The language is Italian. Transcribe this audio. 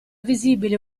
visibile